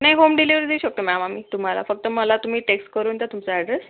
नाही home delivery देऊ शकतो मॅम आम्ही तुम्हाला फक्त मला तुम्ही टेक्स्ट करून द्या तुमचा ॲड्रेस